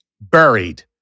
buried